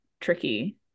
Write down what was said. tricky